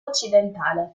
occidentale